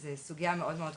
זאת סוגייה מאוד מאוד כואבת.